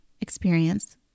experience